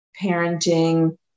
parenting